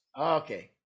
Okay